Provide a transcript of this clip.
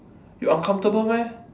you uncomfortable meh